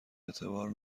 اعتبار